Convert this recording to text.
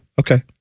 Okay